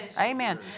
Amen